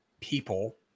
people